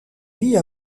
vit